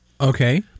Okay